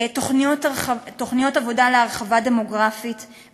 תוכניות עבודה להרחבה דמוגרפית,